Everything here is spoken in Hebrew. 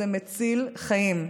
זה מציל חיים.